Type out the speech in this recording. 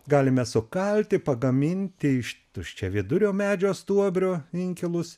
galime sukalti pagaminti iš tuščiavidurio medžio stuobrio inkilus